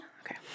Okay